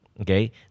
Okay